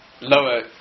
lower